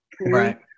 Right